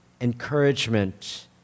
encouragement